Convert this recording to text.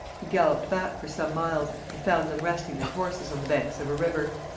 he galloped back for some miles, and found them resting their horses on the banks of a river.